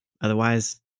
Otherwise